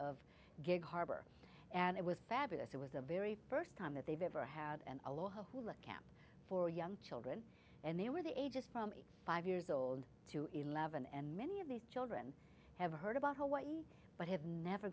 of gig harbor and it was fabulous it was a very first time that they've ever had an aloha hula camp for young children and they were the ages from five years old to eleven and many of these children have heard about hawaii but have never